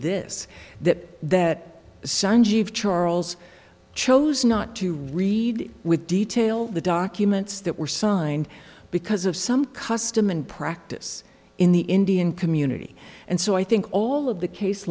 this that that charles chose not to read with detail the documents that were signed because of some custom and practice in the indian community and so i think all of the case